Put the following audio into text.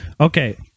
Okay